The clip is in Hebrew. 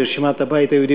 לרשימת הבית היהודי,